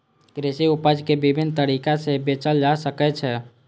कृषि उपज कें विभिन्न तरीका सं बेचल जा सकै छै